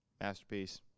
Masterpiece